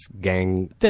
gang